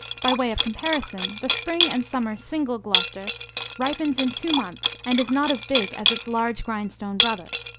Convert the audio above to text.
by way of comparison, the spring and summer single gloucester ripens in two months and is not as big as its large grindstone brother.